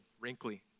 wrinkly